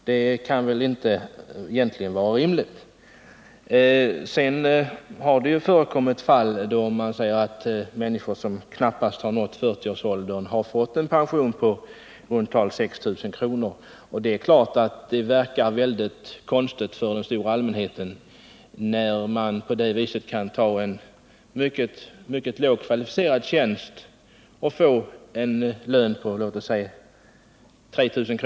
Något sådant kan väl inte vara rimligt. Sedan har det förekommit fall då personer som knappast uppnått 40-årsåldern har fått en pension på i runt tal 6 000 kr. Det verkar naturligtvis konstigt på den stora allmänheten att den som får en sådan pension därutöver kan ta ett jobb med en så låg lön som låt oss säga 3 000 kr.